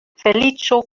feliĉo